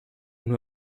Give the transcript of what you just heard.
nur